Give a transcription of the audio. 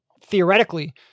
theoretically